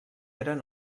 eren